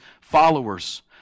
followers